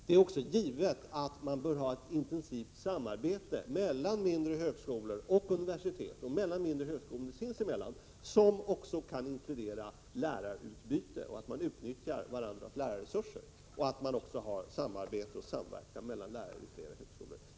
Det är även givet att det bör förekomma ett intensivt samarbete mellan mindre högskolor och universitet och mellan mindre högskolor sinsemellan, vilket också kan inkludera lärarutbyte, ett utnyttjande av varandras lärarresurser och samarbete och samverkan mellan lärare vid flera högskolor.